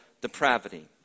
depravity